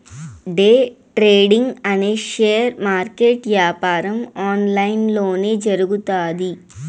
day trading అనే share market యాపారం online లొనే జరుగుతాది